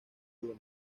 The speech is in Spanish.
dunas